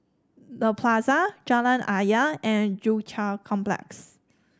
The Plaza Jalan Ayer and Joo Chiat Complex